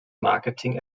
marketing